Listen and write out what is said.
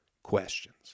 questions